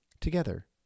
Together